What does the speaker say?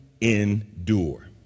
endure